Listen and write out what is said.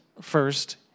first